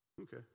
Okay